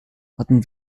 hatten